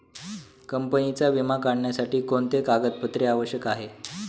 कंपनीचा विमा काढण्यासाठी कोणते कागदपत्रे आवश्यक आहे?